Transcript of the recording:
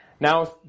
Now